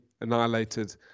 annihilated